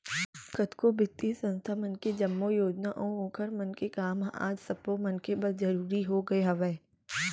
कतको बित्तीय संस्था मन के जम्मो योजना अऊ ओखर मन के काम ह आज सब्बो मनखे बर जरुरी होगे हवय